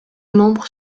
membres